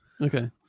Okay